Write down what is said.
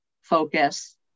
focus